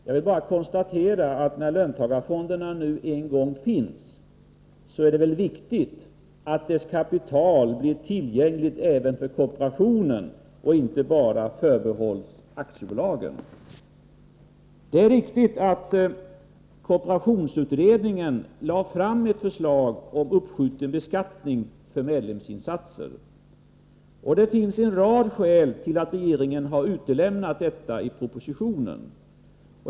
Jag vill bara konstatera att när löntagarfonderna nu en gång finns, är det väl viktigt att kapitalet där blir tillgängligt även för kooperationen och inte förbehålls aktiebolag. Det är riktigt att kooperationsutredningen lade fram ett förslag om uppskjuten beskattning för medlemsinsatser. Och det finns en rad skäl till att regeringen har utelämnat detta i propositionen.